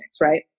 right